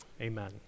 Amen